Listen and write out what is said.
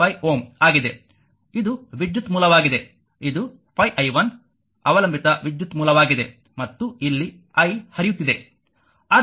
5Ω ಆಗಿದೆ ಇದು ವಿದ್ಯುತ್ ಮೂಲವಾಗಿದೆ ಇದು 5i 1 ಅವಲಂಬಿತ ವಿದ್ಯುತ್ ಮೂಲವಾಗಿದೆ ಮತ್ತು ಇಲ್ಲಿ i ಹರಿಯುತ್ತಿದೆ